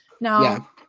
Now